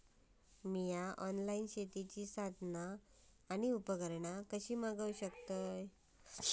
मी online शेतीची साधना आणि उपकरणा कशी मागव शकतय?